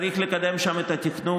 צריך לקדם שם את התכנון,